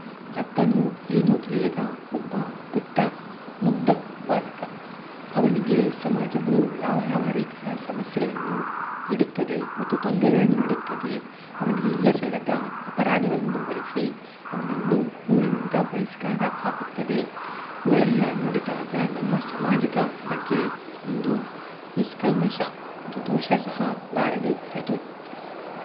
ಲಕ್ಕನು ಏನೂ ತಿಳಿಯದ ಒಬ್ಬ ಪುಟ್ಟ ಮುಗ್ದ ಬಾಲಕ ಅವನಿಗೆ ಸಮಾಜವು ಯಾವ ಯಾವ ರೀತಿಯ ಸಮಸ್ಯೆಗಳನ್ನು ನೀಡುತ್ತದೆ ಮತ್ತು ತೊಂದರೆಗಳನ್ನು ನೀಡುತ್ತದೆ ಅವನಿಗೆ ಇಲ್ಲಸಲ್ಲದ ಅಪರಾಧಗಳನ್ನು ಹೊರಿಸಿ ಅವನನ್ನು ಊರಿನಿಂದ ಬಹಿಷ್ಕಾರ ಹಾಕುತ್ತದೆ ಇವುಗಳೆಲ್ಲ ನೋಡಿದಾಗ ನಮ್ಮ ಸಮಾಜದ ಬಗ್ಗೆ ಒಂದು ನಿಷ್ಕಲ್ಮಷ ಒಂದು ದೋಷ ಸಹ ಬಾರದೆ ಇರದು